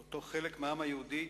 לאותו חלק מהעם היהודי